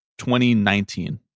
2019